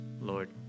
Lord